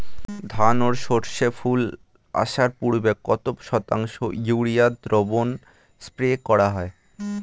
ধান ও সর্ষে ফুল আসার পূর্বে কত শতাংশ ইউরিয়া দ্রবণ স্প্রে করা হয়?